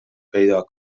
پیدا